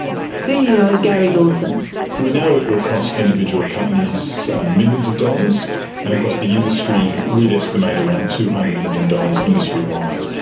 ah gary dawson we know it will cost individual companies millions of dollars and of course the industry we'd estimate around two hundred million dollars industry wide.